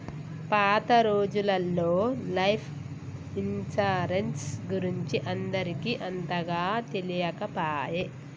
పాత రోజులల్లో life insurance గురించి అందరికి అంతగా తెలియకపాయె